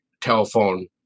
telephone